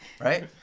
right